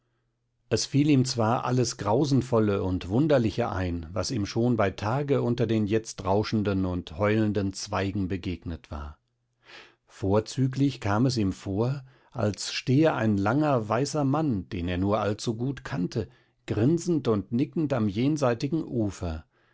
es fiel ihm zwar alles grausenvolle und wunderliche ein was ihm schon bei tage unter den jetzt rauschenden und heulenden zweigen begegnet war vorzüglich kam es ihm vor als stehe ein langer weißer mann den er nur allzu gut kannte grinzend und nickend am jenseitigen ufer